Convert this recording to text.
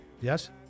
Yes